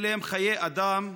אלה הם חיי אדם.